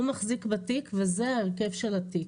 הוא מחזיק בתיק וזה ההרכב של התיק.